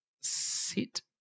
sit